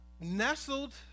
nestled